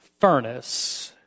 furnace